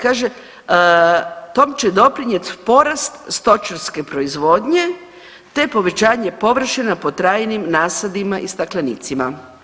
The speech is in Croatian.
Kaže, tom će doprinjet porast stočarske proizvodnje, te povećanje površina po trajnim nasadima i staklenicima.